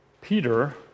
Peter